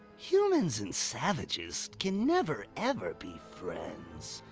humans and savages can never ever be friends.